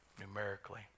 numerically